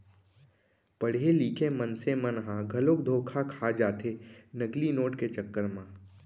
पड़हे लिखे मनसे मन ह घलोक धोखा खा जाथे नकली नोट के चक्कर म